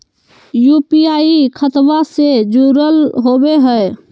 UPI खतबा से जुरल होवे हय?